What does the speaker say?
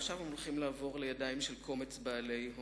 עכשיו יעברו לידיים של קומץ בעלי הון.